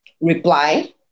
reply